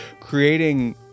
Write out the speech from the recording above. creating